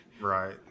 Right